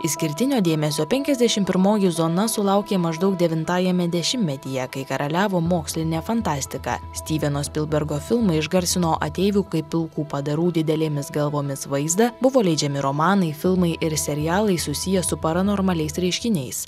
išskirtinio dėmesio penkiasdešim pirmoji zona sulaukė maždaug devintajame dešimtmetyje kai karaliavo mokslinė fantastika styveno spilbergo filmai išgarsino ateivių kaip pilkų padarų didelėmis galvomis vaizdą buvo leidžiami romanai filmai ir serialai susiję su paranormaliais reiškiniais